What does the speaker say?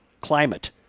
Climate